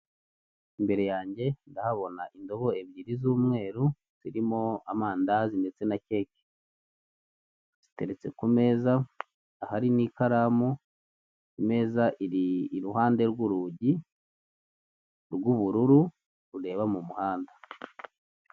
Imbere yanjye ndahabona indobo ebyiri z'umweru zirimo amandazi ndetse na keke, ziteretse ku meza ahari n'ikaramu, imeza iri iruhande rw'urugi rw'ubururu rureba mu muhanda.